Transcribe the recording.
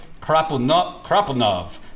Krapunov